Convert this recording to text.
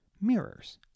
Mirrors